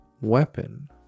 weapon